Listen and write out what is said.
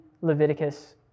Leviticus